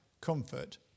comfort